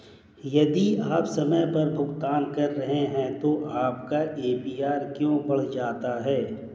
यदि आप समय पर भुगतान कर रहे हैं तो आपका ए.पी.आर क्यों बढ़ जाता है?